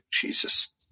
Jesus